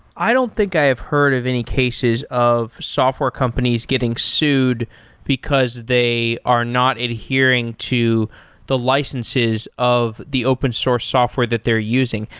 i don't think i have heard of any cases of software companies getting sued because they are not adhering to the licenses of the open source software that they're using.